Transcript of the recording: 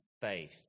faith